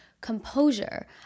composure